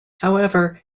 however